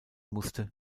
musste